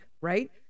right